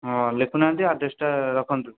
ହଁ ଲେଖୁ ନାହାଁନ୍ତି ଆଡ୍ରେସ୍ଟା ରଖନ୍ତୁ